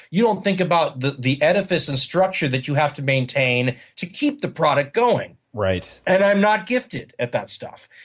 you don't think about the the edifies and structure that you have to maintain to keep the product going. and i'm not gifted at that stuff.